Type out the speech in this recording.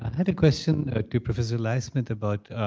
had a question ah to professor eliasmith about,